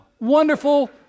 wonderful